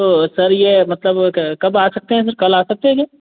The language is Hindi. तो सर यह मतलब कब आ सकते हैं कल आ सकते हैं सर